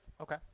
okay